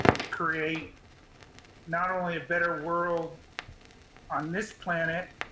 to create not only a better world on this planet,